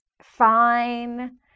fine